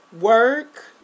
work